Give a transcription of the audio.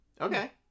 Okay